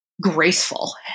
graceful